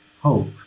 hope